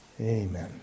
Amen